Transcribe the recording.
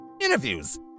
interviews